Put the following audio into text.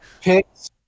picks